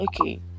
okay